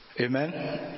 Amen